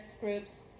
groups